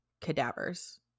cadavers